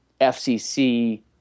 FCC